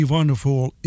Wonderful